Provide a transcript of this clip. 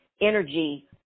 energy